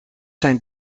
zijn